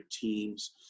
teams